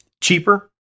Cheaper